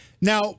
Now